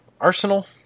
Arsenal